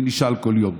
אני נשאל כל יום.